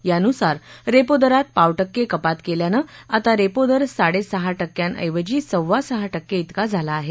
यानुसार रेपो दरात पाव टक्के कपात केल्यानं आता रेपो दर साडे सहा टक्क्यांऐवजी सव्वा सहा टक्के ात्रिका झाला आहे